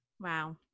Wow